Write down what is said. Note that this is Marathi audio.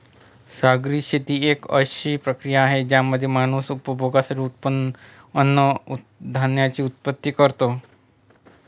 सागरी शेती एक अशी प्रक्रिया आहे ज्यामध्ये माणूस उपभोगासाठी अन्नधान्याची उत्पत्ति करतो